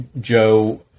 Joe